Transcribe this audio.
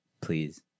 Please